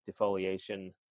defoliation